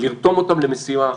לרתום אותם למשימה אחת,